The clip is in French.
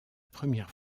première